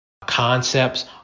concepts